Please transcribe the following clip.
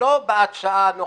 לא בהצעה הנוכחית,